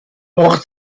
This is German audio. ort